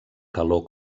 calor